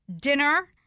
dinner